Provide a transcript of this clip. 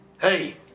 Hey